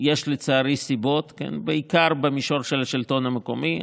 יש לצערי סיבות, בעיקר במישור של השלטון המקומי.